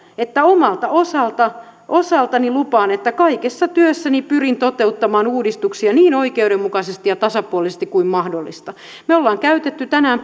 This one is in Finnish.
että omalta osaltani lupaan että kaikessa työssäni pyrin toteuttamaan uudistuksia niin oikeudenmukaisesti ja tasapuolisesti kuin mahdollista me olemme käyttäneet tänään